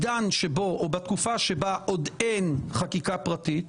שבתקופה שבה עוד אין חקיקה פרטית,